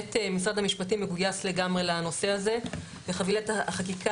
שבאמת משרד המשפטים מגויס לגמרי לנושא הזה וחבילת החקיקה